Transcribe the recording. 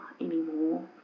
anymore